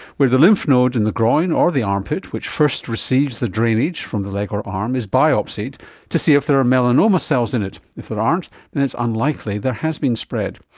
where the lymph node in the groin or the armpit which first receives the drainage from the leg or arm is biopsied to see if there are melanoma cells in it. if there aren't then it's unlikely there has been spread.